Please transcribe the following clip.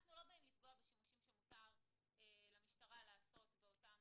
אנחנו לא באים לפגוע בשימושים שמותר למשטרה לעשות באותם